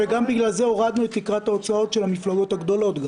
וגם בגלל זה הורדנו את תקרת ההוצאות של המפלגות הגדולות.